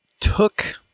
took